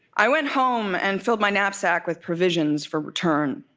i went home and filled my knapsack with provisions for return.